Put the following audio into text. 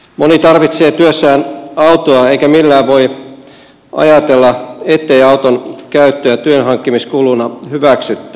moni tarvitsee työssään autoa eikä millään voi ajatella ettei auton käyttöä työnhankkimiskuluna hyväksyttäisi